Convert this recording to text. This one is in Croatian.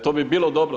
To bi bilo dobro.